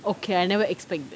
okay I never expect that